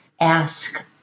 ask